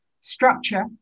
structure